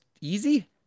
easy